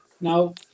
Now